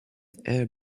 air